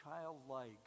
childlike